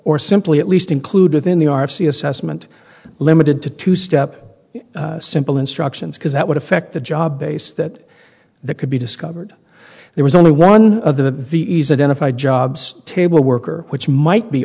or simply at least included in the r f c assessment limited to two step simple instructions because that would affect the job base that that could be discovered there was only one of the ves identify jobs table worker which might be